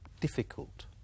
difficult